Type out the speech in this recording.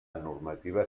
normativa